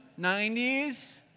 90s